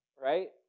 right